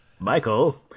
Michael